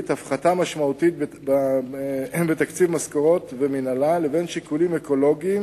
והפחתה משמעותית בתקציב משכורות ומינהלה לבין שיקולים אקולוגיים,